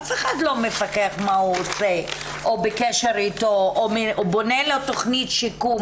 אף אחד לא מפקח מה הוא עושה או בקשר איתו או בונה לו תכנית שיקום,